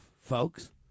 folks